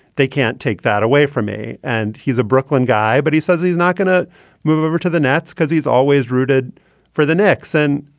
they can't take that away from me. and he's a brooklyn guy. but he says he's not going to move over to the nets because he's always rooted for the knicks. and,